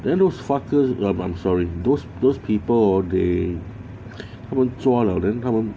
then those fuckers but I'm sorry those those people hor they 他们抓了 then 他们